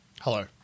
Hello